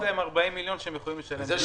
יש להם 40 מיליון שהם יכולים לשלם.